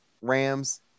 Rams